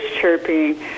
chirping